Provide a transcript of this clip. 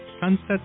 Sunset